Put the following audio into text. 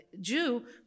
Jew